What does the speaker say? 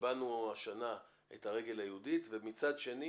קיבלנו השנה את הרגל היהודית, ומצד שני